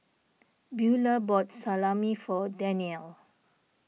Beulah bought Salami for Danielle